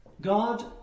God